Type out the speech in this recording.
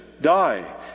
die